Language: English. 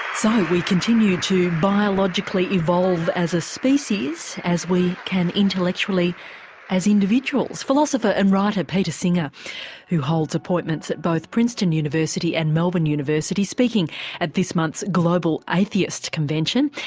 so we continue to biologically evolve as a species as we can intellectually as individuals. philosopher and writer peter singer who holds appointments at both princeton university and melbourne university speaking at this month's global atheist convention.